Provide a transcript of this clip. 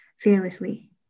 fearlessly